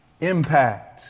impact